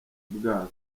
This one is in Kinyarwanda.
bwabyo